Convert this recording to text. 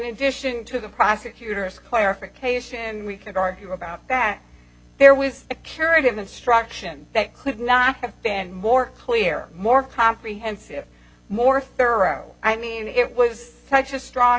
addition to the prosecutor's clarification and we could argue about that there was a curative instruction that could not have been more clear more comprehensive more thorough i mean it was such a strong